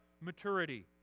maturity